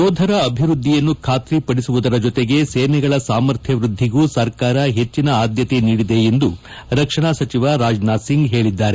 ಯೋಧರ ಅಭಿವೃದ್ದಿಯನ್ನು ಬಾತ್ರಿಪಡಿಸುವುದರ ಜೊತೆಗೆ ಸೇನೆಗಳ ಸಾಮರ್ಥ್ಯ ವೃದ್ದಿಗೂ ಸರ್ಕಾರ ಹೆಚ್ಚಿನ ಆದ್ದತೆ ನೀಡಿದೆ ಎಂದು ರಕ್ಷಣಾ ಸಚಿವ ರಾಜನಾಥ್ ಸಿಂಗ್ ಹೇಳಿದ್ದಾರೆ